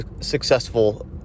successful